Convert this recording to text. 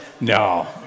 No